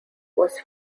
was